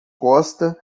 costa